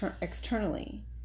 externally